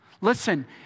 Listen